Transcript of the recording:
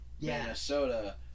Minnesota